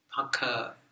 paka